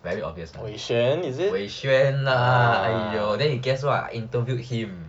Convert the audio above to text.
very obvious lah 伟轩 lah !aiyo! then you guess what I interviewed him